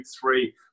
three